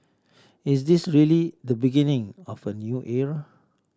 is this really the beginning of a new era